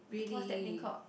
really